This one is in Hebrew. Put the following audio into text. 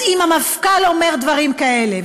אז אם המפכ"ל אומר דברים כאלה,